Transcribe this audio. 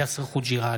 יאסר חוג'יראת,